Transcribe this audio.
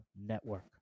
network